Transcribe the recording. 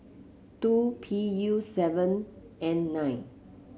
two P U seven N nine